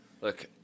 Look